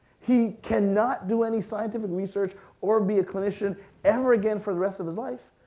he can not do any scientific research or be a clinician ever again for the rest of his life,